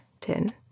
tin